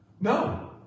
No